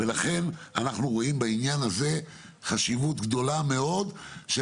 לכן אנחנו רואים בעניין הזה חשיבות גדולה מאוד של